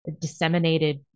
disseminated